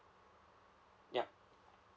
yup